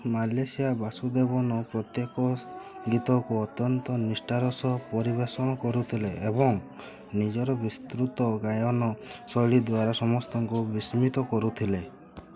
Malaysia Vasudevan ପ୍ରତ୍ୟେକ ଗୀତକୁ ଅତ୍ୟନ୍ତ ନିଷ୍ଠାର ସହ ପରିବେଷଣ କରୁଥିଲେ ଏବଂ ନିଜର ବିସ୍ତୃତ ଗାୟନ ଶୈଳୀ ଦ୍ଵାରା ସମସ୍ତଙ୍କୁ ବିସ୍ମିତ କରୁଥିଲେ